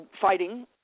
fighting